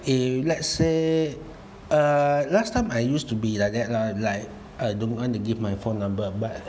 if let's say uh last time I used to be like that lah like I don't want to give my phone number but